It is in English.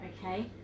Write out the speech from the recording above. okay